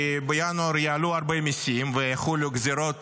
כי בינואר יעלו הרבה מיסים ויחולו גזרות